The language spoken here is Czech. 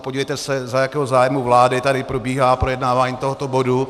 Podívejte se, za jakého zájmu vlády tady probíhá projednávání tohoto bodu.